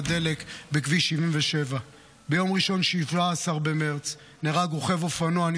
דלק בכביש 77. ביום ראשון 17 במרץ נהרג רוכב אופנוע בן 20,